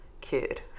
kid